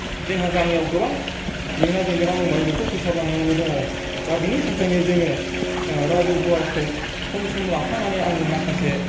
जोंहा गामियाव गोबां जेंना जेंगोना दं बेहाय बेखौ फोसाबलांनांगौ दङ दा बेनि थाखायनो जोङो राजुहुवाखौ सम सम लाफानानै आङो माखासे